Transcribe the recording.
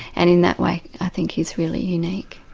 and in that way i think he's really unique.